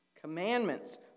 Commandments